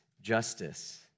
justice